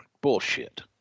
bullshit